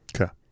Okay